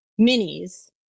minis